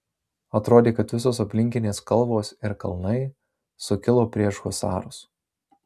atrodė kad visos aplinkinės kalvos ir kalnai sukilo prieš husarus